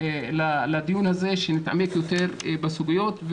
לדיון זה, שנתעמק יותר בסוגיות.